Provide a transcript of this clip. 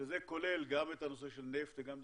שזה כולל גם את הנושא של נפט וגם את